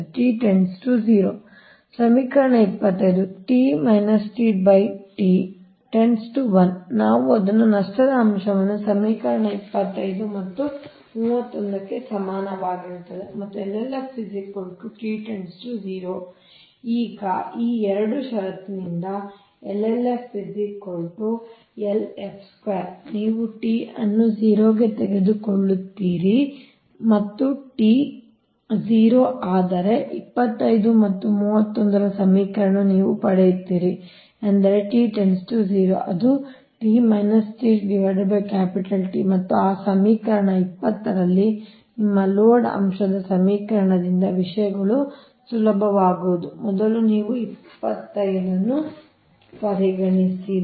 t - 0 ಸಮೀಕರಣ 25 - 1 ನಾವು ಅದನ್ನು ನಷ್ಟದ ಅಂಶವನ್ನು ಸಮೀಕರಣ 25 ಮತ್ತು 31 ಕ್ಕೆ ಸಮನಾಗಿರುತ್ತದೆ ಮತ್ತು LLF t - 0 ಈ 2 ಷರತ್ತಿನಿಂದ ನೀವು t ಅನ್ನು 0 ಗೆ ತೆಗೆದುಕೊಳ್ಳುತ್ತೀರಿ ಮತ್ತು t 0 ಆದರೆ 25 ಮತ್ತು 31 ರ ಸಮೀಕರಣವನ್ನು ನೀವು ಪಡೆಯುತ್ತೀರಿ ಎಂದರೆ t - 0 ಅದು ಮತ್ತು ಆ ಸಮೀಕರಣ 20 ರಲ್ಲಿ ನಿಮ್ಮ ಲೋಡ್ ಅಂಶದ ಸಮೀಕರಣದಿಂದ ವಿಷಯಗಳು ಸುಲಭವಾಗುವುದು ಮೊದಲು ನೀವು 25 ಅನ್ನು ಪರಿಗಣಿಸುತ್ತೀರಿ